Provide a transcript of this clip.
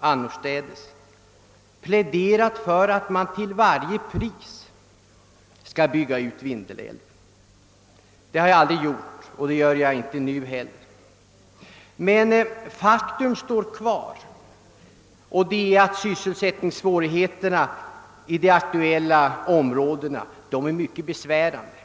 annorstädes pläderat för att man till varje pris bör bygga ut Vindelälven; det har jag aldrig gjort och det gör jag inte nu heller. Men faktum står kvar: sysselsättningssvårigheterna i de aktuella områdena är mycket besvärande.